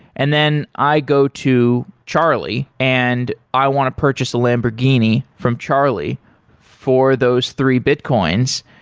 and then i go to charlie and i want to purchase a lamborghini from charlie for those three bitcoins,